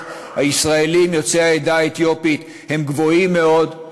הישראלים יוצאי העדה האתיופית היא גבוהה מאוד,